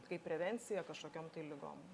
kaip prevencija kažkokiom tai ligom